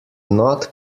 not